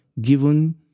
given